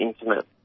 intimate